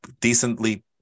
decently